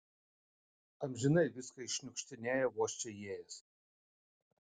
amžinai viską iššniukštinėja vos čia įėjęs